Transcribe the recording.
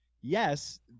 Yes